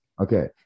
Okay